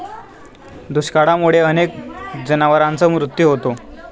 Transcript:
दुष्काळामुळे अनेक जनावरांचा मृत्यू होतो